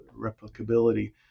replicability